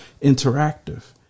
Interactive